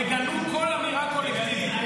תגנו כל אמירה קולקטיבית.